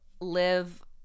live